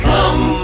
Come